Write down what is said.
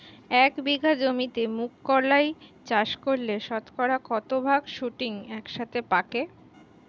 এক বিঘা জমিতে মুঘ কলাই চাষ করলে শতকরা কত ভাগ শুটিং একসাথে পাকে?